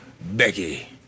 Becky